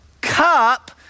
cup